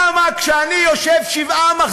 למה כשאני יושב שבעה,